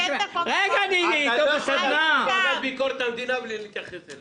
הכסף --- אתה לא יכול להגיד ועדת ביקורת המדינה בלי להתייחס אליה.